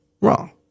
wrong